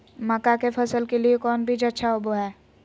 मक्का के फसल के लिए कौन बीज अच्छा होबो हाय?